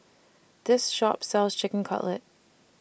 This Shop sells Chicken Cutlet